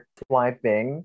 swiping